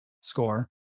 score